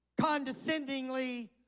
condescendingly